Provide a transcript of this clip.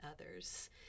others